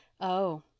Oh